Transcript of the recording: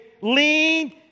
lean